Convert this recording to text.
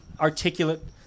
articulate